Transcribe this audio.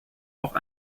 auch